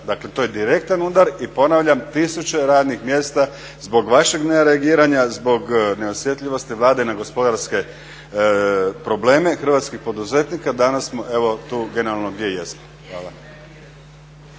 Dakle, to je direktan udar. I ponavljam tisuće radnih mjesta zbog vašeg nereagiranja, zbog neosjetljivosti Vlade na gospodarske probleme hrvatskih poduzetnika danas smo evo tu generalno gdje jesmo. Hvala.